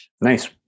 Nice